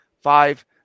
Five